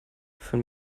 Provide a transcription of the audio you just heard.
von